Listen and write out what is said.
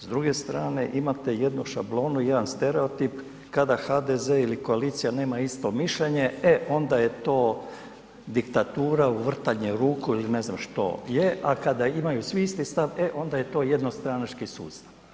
S druge strane imate jednu šablonu, jedan stereotip kada HDZ ili koalicija nema isto mišljenje e onda je to diktatura, uvrtanje ruku ili ne znam što je, a kada imaju svi isti stav e onda je to jednostranački sustav.